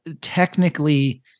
technically